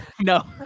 No